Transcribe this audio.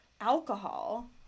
Alcohol